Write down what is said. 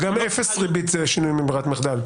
זה גם אפס שינוי מברירת מחדל.